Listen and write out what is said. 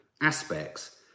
aspects